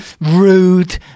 rude